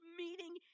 meeting